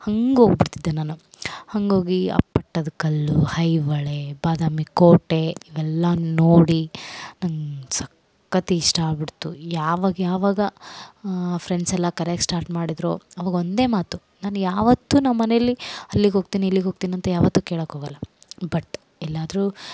ಹಂಗೆ ಹೋಗಿಬಿಡ್ತಿದ್ದೆ ನಾನು ಹಂಗೆ ಹೋಗಿ ಆ ಪಟ್ಟದ ಕಲ್ಲು ಐಹೊಳೆ ಬಾದಾಮಿ ಕೋಟೆ ಇವೆಲ್ಲ ನೋಡಿ ನಂಗೆ ಸಕ್ಕತ್ ಇಷ್ಟ ಆಗಿಬಿಡ್ತು ಯಾವಾಗ ಯಾವಾಗ ಫ್ರೆಂಡ್ಸೆಲ್ಲ ಕರೆಯೋಕ್ ಸ್ಟಾರ್ಟ್ ಮಾಡಿದರೋ ಅವಾಗ ಒಂದೇ ಮಾತು ನಾನು ಯಾವತ್ತು ನಮ್ಮನೇಲಿ ಅಲ್ಲಿಗ್ ಹೋಗ್ತೀನಿ ಇಲ್ಲಿಗೆ ಹೋಗ್ತೀನಿ ಅಂತ ಯಾವತ್ತು ಕೇಳೋಕ್ ಹೋಗೊಲ್ಲ ಬಟ್ ಎಲ್ಲಾದರು